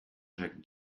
jacques